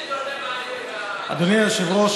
מיכאל מלכיאלי (ש"ס): מיכאל מלכיאלי (ש"ס): אדוני היושב-ראש,